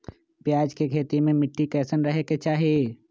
प्याज के खेती मे मिट्टी कैसन रहे के चाही?